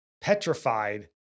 petrified